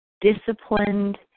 disciplined